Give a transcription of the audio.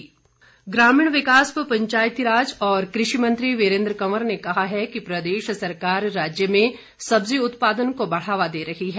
वीरेन्द्र कंवर ग्रामीण विकास व पंचायती राज और कृषि मंत्री वीरेन्द्र कंवर ने कहा है कि प्रदेश सरकार राज्य में सब्जी उत्पादन को बढ़ावा दे रही है